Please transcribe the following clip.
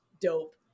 dope